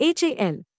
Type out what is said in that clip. HAL